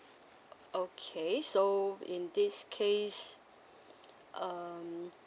okay so in this case um